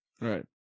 Right